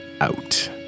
out